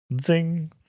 Zing